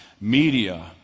media